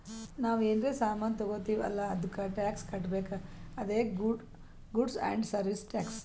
ನಾವ್ ಏನರೇ ಸಾಮಾನ್ ತಗೊತ್ತಿವ್ ಅಲ್ಲ ಅದ್ದುಕ್ ಟ್ಯಾಕ್ಸ್ ಕಟ್ಬೇಕ್ ಅದೇ ಗೂಡ್ಸ್ ಆ್ಯಂಡ್ ಸರ್ವೀಸ್ ಟ್ಯಾಕ್ಸ್